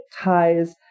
ties